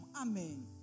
amen